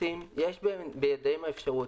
יש בידיהם אפשרות,